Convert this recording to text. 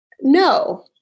No